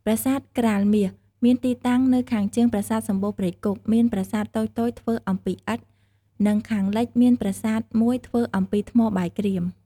ប្រាសាទក្រោលមាស មានទីតាំងនៅខាងជើងប្រាសាទសំបូរព្រៃគុក មានប្រាសាទតូចៗធ្វើ អំពីឥដ្ឋ និងខាងលិចមានប្រាសាទមួយធ្វើអំពីថ្មបាយក្រៀម។